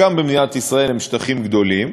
גם במדינת ישראל הם שטחים גדולים,